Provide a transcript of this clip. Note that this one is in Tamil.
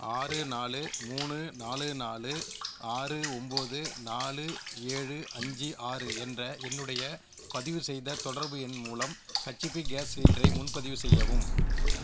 ஆறு நாலு மூணு நாலு நாலு ஆறு ஒம்பது நாலு ஏழு அஞ்சு ஆறு என்ற என்னுடைய பதிவுசெய்த தொடர்பு எண் மூலம் ஹச்சுபி கேஸ் சிலிண்டரை முன்பதிவு செய்யவும்